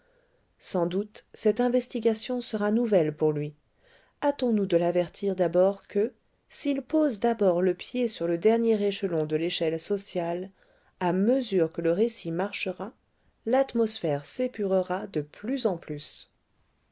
sans doute cette investigation sera nouvelle pour lui hâtons-nous de l'avertir d'abord que s'il pose d'abord le pied sur le dernier échelon de l'échelle sociale à mesure que le récit marchera l'atmosphère s'épurera de plus en plus